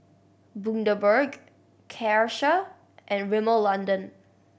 Bundaberg Karcher and Rimmel London